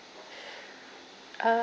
uh